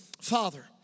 father